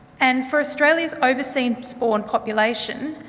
and for australia's overseas born population,